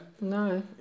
No